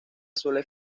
suele